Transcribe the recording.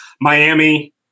Miami